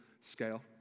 scale